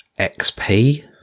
XP